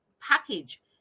package